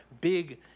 big